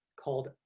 called